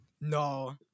No